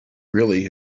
really